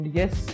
yes